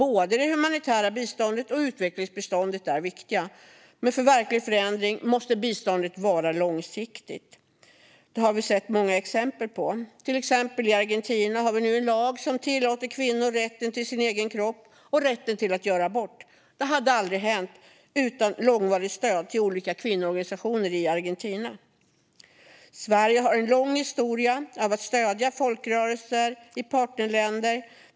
Både det humanitära biståndet och utvecklingsbiståndet är viktiga, men för verklig förändring måste biståndet vara långsiktigt. Detta har vi sett många exempel på; till exempel har Argentina nu en lag som ger kvinnor rätten till sin egen kropp och rätt att göra abort. Det hade aldrig hänt utan långvarigt stöd till olika kvinnoorganisationer i Argentina. Sverige har en lång historia av att stödja folkrörelser i partnerländer.